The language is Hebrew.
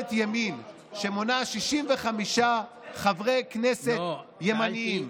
ממשלת ימין שמונה 65 חברי כנסת ימנים,